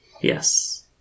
Yes